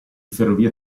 ferrovia